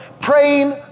praying